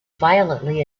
violently